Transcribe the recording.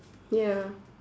ya